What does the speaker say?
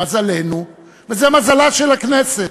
למזלנו, וזאת מזלה של הכנסת,